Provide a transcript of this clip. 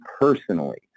personally